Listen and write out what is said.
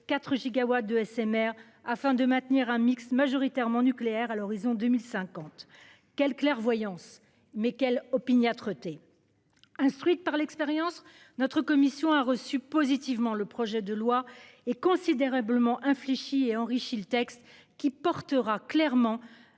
de SMR afin de maintenir un mixte majoritairement nucléaire à l'horizon 2050. Quelle clairvoyance. Mais quelle opiniâtreté. Instruite par l'expérience. Notre commission a reçu positivement le projet de loi est considérablement infléchi et enrichi le texte qui portera clairement